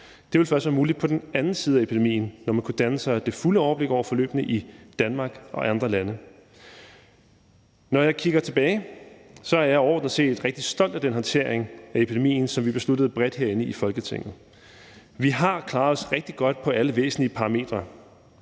først ville være muligt på den anden side af epidemien, når man kunne danne sig det fulde overblik over forløbet i Danmark og i andre lande. Når jeg kigger tilbage, er jeg overordnet set rigtig stolt af den håndtering af epidemien, som vi besluttede bredt herinde i Folketinget. Vi har klaret os rigtig godt på alle væsentlige parametre.